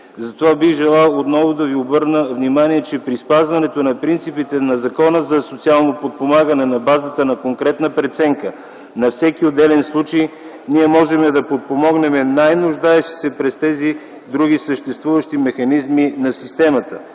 изводи. Бих желал отново да Ви обърна внимание, че при спазването на принципите на Закона за социално подпомагане на базата на конкретна преценка на всеки отделен случай, ние можем да подпомогнем най-нуждаещите се през други съществуващи механизми на системата.